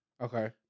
Okay